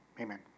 Amen